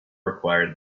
required